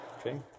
Okay